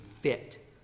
fit